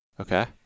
Okay